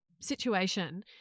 situation